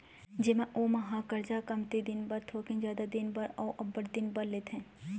जेमा ओमन ह करजा कमती दिन बर, थोकिन जादा दिन बर, अउ अब्बड़ दिन बर लेथे